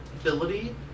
ability